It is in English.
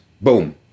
Boom